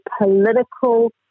political